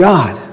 God